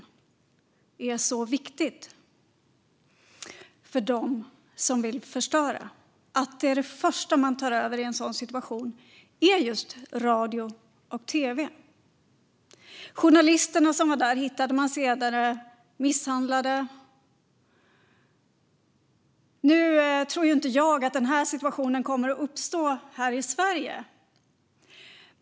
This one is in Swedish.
Det är så viktigt för dem som vill förstöra att det första de tar över i en sådan situation är just radio och tv. Journalisterna som var där hittade man senare misshandlade. Nu tror ju inte jag att den här situationen kommer att uppstå här i Sverige.